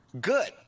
Good